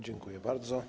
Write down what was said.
Dziękuję bardzo.